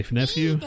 nephew